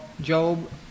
Job